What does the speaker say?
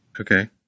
Okay